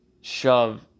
shove